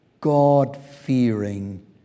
God-fearing